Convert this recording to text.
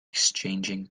exchanging